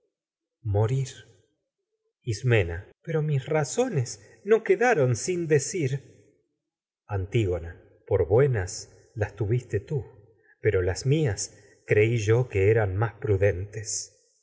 ismena pero mis razones no quedaron sin decir tú pero antígona por buenas creí las tuviste las mías yo que eran más prudentes